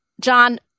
John